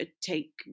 take